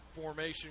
formation